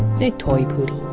a toy poodle.